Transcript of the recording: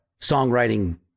songwriting